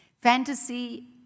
Fantasy